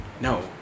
No